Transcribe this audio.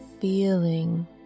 feeling